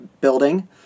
building